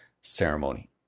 ceremony